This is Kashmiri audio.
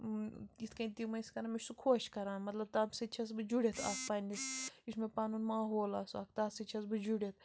یِتھ کٔنۍ تِم ٲسۍ کران مےٚ چھُ سُہ خۄش کران مطلب تب سۭتۍ چھس بہٕ جُڑِتھ اَتھ پَنٛنِس یُس مےٚ پُنُن ماحول اوس اکھ تَتھ سۭتۍ چھَس بہٕ جُڑِتھ